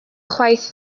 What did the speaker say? chwaith